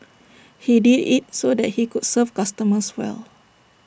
he did IT so that he could serve customers well